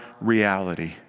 reality